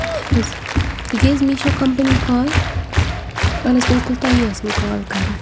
اَہن حظ یہِ گٔے حظ مِشو کَمپٔنی کال اَہن حظ بِلکُل تۄہے ٲسٕم کال کَرنۍ